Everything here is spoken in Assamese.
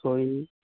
জৈন